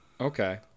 Okay